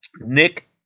Nick